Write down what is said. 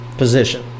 position